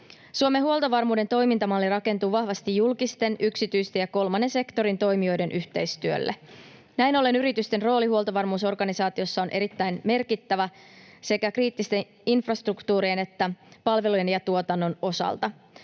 Suomen huoltovarmuuden toimintamalli rakentuu vahvasti julkisten, yksityisten ja kolmannen sektorin toimijoiden yhteistyölle. Näin ollen yritysten rooli huoltovarmuusorganisaatiossa on erittäin merkittävä sekä kriittisten infrastruktuurien että palvelujen ja tuotannon osalta.